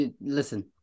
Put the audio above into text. Listen